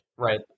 Right